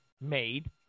made